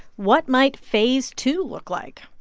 what might phase two look like?